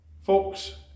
Folks